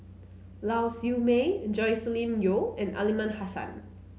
Lau Siew Mei Joscelin Yeo and Aliman Hassan